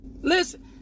Listen